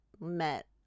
met